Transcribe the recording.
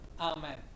Amen